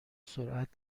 سرعت